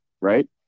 Right